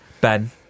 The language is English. Ben